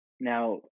Now